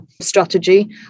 strategy